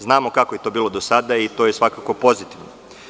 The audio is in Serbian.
Znamo kako je to bilo do sada i to je svakako pozitivno.